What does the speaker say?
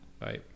Bye